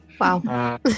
Wow